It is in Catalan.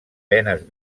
venes